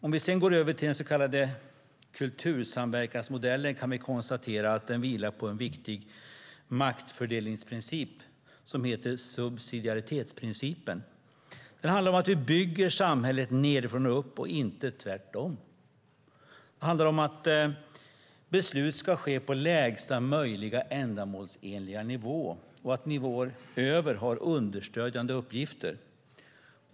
Om vi sedan går över till den så kallade kultursamverkansmodellen kan vi konstatera att den vilar på en viktig maktfördelningsprincip som heter subsidiaritetsprincipen. Den handlar om att vi bygger samhället nedifrån och upp och inte tvärtom, om att beslut ska ske på lägsta möjliga ändamålsenliga nivå och att nivåer ovanför har understödjande uppgifter.